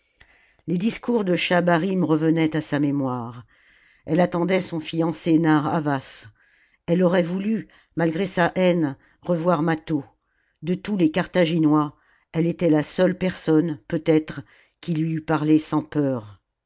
les discours de schahabarim revenaient à sa mémoire elle attendait son fiancé narr'havas elle aurait voulu malgré sa haine revoir mâtho de tous les carthaginois elle était la seule personne peut-être qui lui eût parlé sans peur